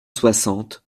soixante